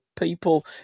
people